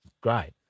Great